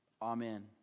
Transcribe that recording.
Amen